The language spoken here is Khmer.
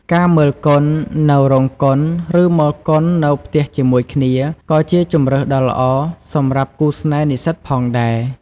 ការ មើលកុន នៅរោងកុន ឬមើលកុននៅផ្ទះជាមួយគ្នា ក៏ជាជម្រើសដ៏ល្អសម្រាប់គូស្នេហ៍និស្សិតផងដែរ។